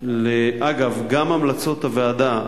אגב, גם המלצות הוועדה,